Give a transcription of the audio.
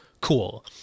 cool